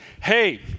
hey